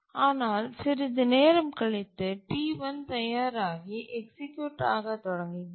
ஆனால் சிறிது நேரம் கழித்து T1 தயாராகி எக்சீக்யூட் ஆக தொடங்குகிறது